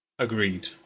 Agreed